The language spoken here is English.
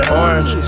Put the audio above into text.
orange